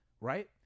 right